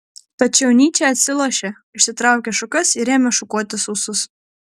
tačiau nyčė atsilošė išsitraukė šukas ir ėmė šukuotis ūsus